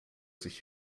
sich